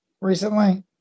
recently